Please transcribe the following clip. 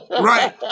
right